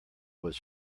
was